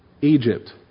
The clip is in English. Egypt